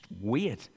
weird